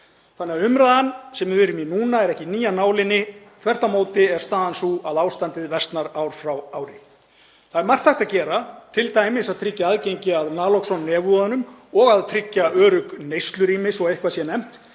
aðgerða. Umræðan sem við erum í núna er því ekki ný af nálinni. Þvert á móti er staðan sú að ástandið versnar ár frá ári. Það er margt hægt að gera, t.d. að tryggja aðgengi að naloxone-nefúðanum og tryggja örugg neyslurými svo eitthvað sé nefnt,